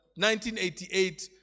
1988